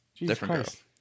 different